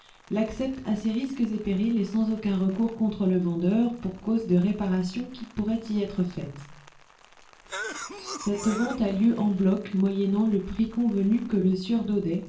l'accepte à ses risques et périls et sans aucun recours contre le vendeur pour cause de réparations qui pourraient y être faites cette vente a lieu en bloc moyennant le prix convenu que le